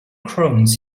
crowns